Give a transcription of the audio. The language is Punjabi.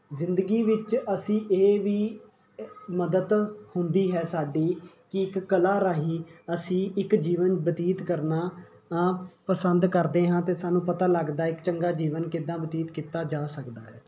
ਜ਼ਿੰਦਗੀ ਵਿੱਚ ਅਸੀਂ ਇਹ ਵੀ ਮਦਦ ਹੁੰਦੀ ਹੈ ਸਾਡੀ ਕੀ ਇੱਕ ਕਲਾ ਰਾਹੀਂ ਅਸੀਂ ਇੱਕ ਜੀਵਨ ਬਤੀਤ ਕਰਨਾ ਪਸੰਦ ਕਰਦੇ ਹਾਂ ਅਤੇ ਸਾਨੂੰ ਪਤਾ ਲੱਗਦਾ ਇੱਕ ਚੰਗਾ ਜੀਵਨ ਕਿੱਦਾਂ ਬਤੀਤ ਕੀਤਾ ਜਾ ਸਕਦਾ ਹੈ